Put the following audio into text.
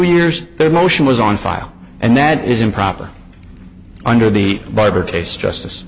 years their motion was on file and that is improper under the barbour case justice